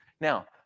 Now